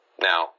now